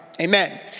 amen